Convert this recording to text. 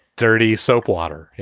dirty soap water. yeah